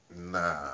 Nah